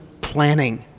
planning